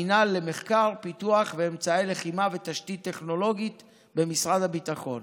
המינהל למחקר ופיתוח אמצעי לחימה ותשתית טכנולוגית במשרד הביטחון.